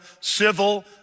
civil